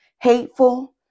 hateful